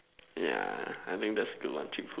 ya I think that's a good one ya cheap food